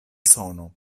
sono